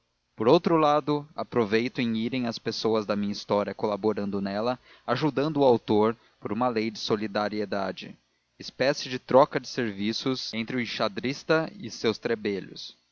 por outro lado há proveito em irem as pessoas da minha história colaborando nela ajudando o autor por uma lei de solidariedade espécie de troca de serviços entre o enxadrista e os seus trebelhos